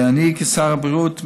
אני כשר הבריאות,